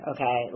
Okay